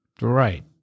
Right